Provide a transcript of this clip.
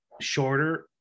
shorter